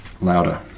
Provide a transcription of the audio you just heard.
louder